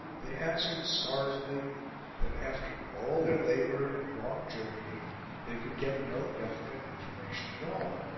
they answered sorrowfully that after all their labour and long journeying they could get no definite information at all.